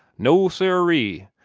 no, sirree!